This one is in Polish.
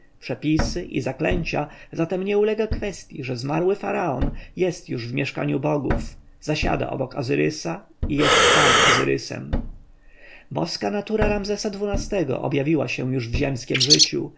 przepisy i zaklęcia zatem nie ulega kwestji że zmarły faraon jest już w mieszkaniu bogów zasiada obok ozyrysa i jest sam ozyrysem boska natura ramzesa xii-go objawiała się już w ziemskiem życiu